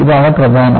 ഇതാണ് പ്രധാനം